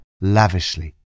lavishly